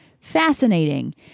Fascinating